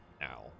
now